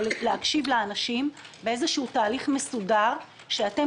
להקשיב לאנשים באיזשהו תהליך מסודר שאתם